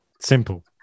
Simple